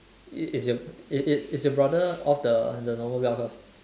is is your is is is your brother of the the normal bell curve